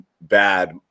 bad